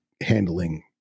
handling